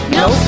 no